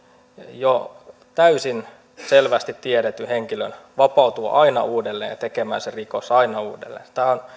jo täysin selvästi tiedetyn henkilön vapautua aina uudelleen tekemään se rikos aina uudelleen